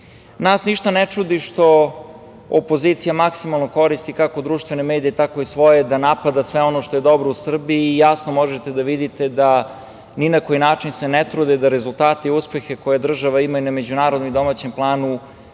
ništa ne čudi što opozicija maksimalno koristi kako društvene medije tako i svoje da napada sve ono što je dobro u Srbiji. Jasno možete da vidite da ni na koji način se ne trude da rezultate i uspehe koje država ima na međunarodnom i domaćem planu